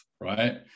right